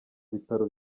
bitaro